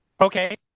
Okay